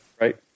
Right